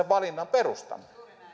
valinnan perustamme